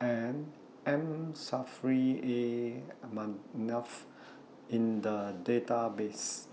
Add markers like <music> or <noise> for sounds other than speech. and M Saffri A <unintelligible> in The Database